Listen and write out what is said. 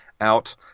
out